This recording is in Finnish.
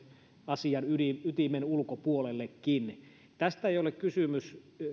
asian ytimen ulkopuolellekin tästä ei ole kysymys